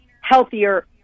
healthier